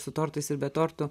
su tortais ir be tortų